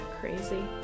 crazy